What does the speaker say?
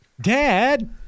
Dad